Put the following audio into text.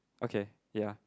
okay ya